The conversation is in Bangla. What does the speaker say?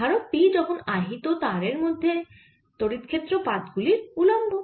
ধারক টি যখন আহিত তার মধ্যে তড়িৎ ক্ষেত্র পাত গুলির উল্লম্ব